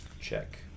check